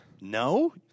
No